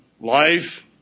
life